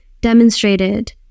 demonstrated